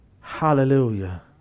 hallelujah